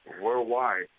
worldwide